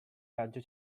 raggio